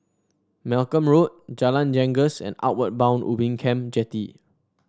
Malcolm Road Jalan Janggus and Outward Bound Ubin Camp Jetty